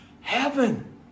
heaven